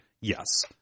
Yes